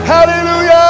Hallelujah